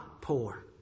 poor